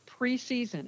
preseason